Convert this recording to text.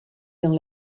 dans